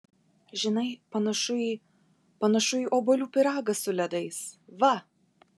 žinai panašu į panašu į obuolių pyragą su ledais va